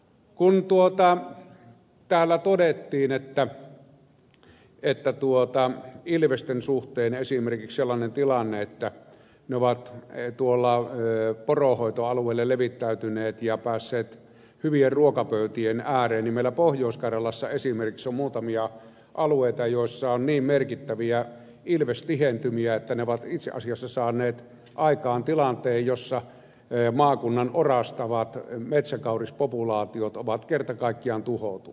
kun täällä todettiin ilvesten suhteen esimerkiksi sellainen tilanne että ne ovat poronhoitoalueelle levittäytyneet ja päässeet hyvien ruokapöytien ääreen niin meillä pohjois karjalassa esimerkiksi on muutamia alueita joilla on niin merkittäviä ilvestihentymiä että ne ovat itse asiassa saaneet aikaan tilanteen jossa maakunnan orastavat metsäkaurispopulaatiot ovat kerta kaikkiaan tuhoutuneet